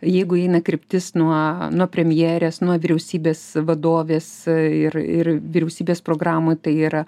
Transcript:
jeigu eina kryptis nuo nuo premjerės nuo vyriausybės vadovės ir ir vyriausybės programoj tai yra